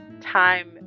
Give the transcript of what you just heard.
time